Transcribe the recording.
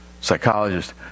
psychologist